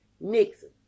Nixon